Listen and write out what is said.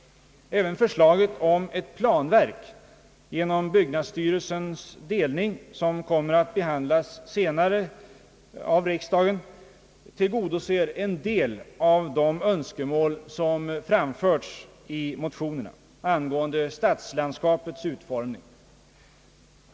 Även förslaget om ett planverk genom byggnadsstyrelsens delning, som kommer att behandlas av riksdagen senare, tillgodoser en del av de önskemål som framförs i motionerna angående stadslandskapets utformning.